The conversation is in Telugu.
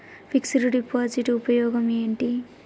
ఫిక్స్ డ్ డిపాజిట్ ఉపయోగం ఏంటి?